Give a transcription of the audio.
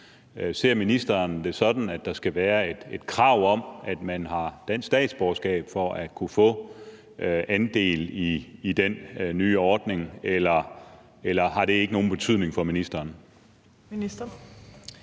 Ser ministeren det sådan, at der skal være et krav om, at man har dansk statsborgerskab, for at man skal kunne få andel i den nye ordning, eller har det ikke nogen betydning for ministeren? Kl.